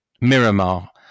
Miramar